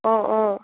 অঁ অঁ